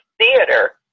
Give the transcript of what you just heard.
theater